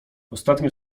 ostatnie